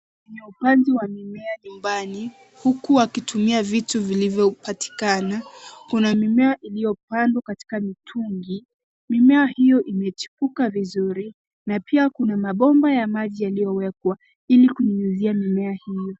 Ni upanzi wa mimea nyumbani huku wakitumia vitu vilivyopatikana. Kuna mimea iliyopandwa katika mitungi. Mimea hiyo imechipuka vizuri na pia kuna mabomba ya maji yaliyowekwa ili kunyunyizia mimea hiyo.